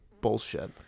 bullshit